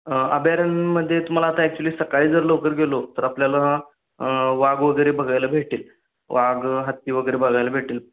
अभयारण्यामध्ये तुम्हाला आता ॲक्च्युली सकाळी जर लवकर गेलो तर आपल्याला वाघ वगैरे बघायला भेटेल वाघ हत्ती वगैरे बघायला भेटेल